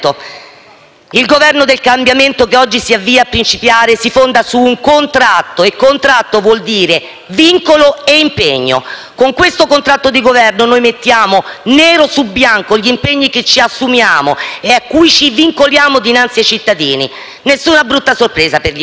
Il Governo del cambiamento, che oggi si avvia a principiare, si fonda su un contratto. E contratto vuol dire vincolo e impegno. Con questo contratto di Governo, noi mettiamo nero su bianco gli impegni che ci assumiamo e a cui ci vincoliamo dinanzi ai cittadini. Nessuna brutta sorpresa per gli italiani.